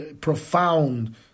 profound